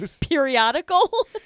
periodical